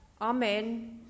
Amen